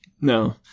no